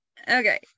okay